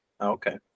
Okay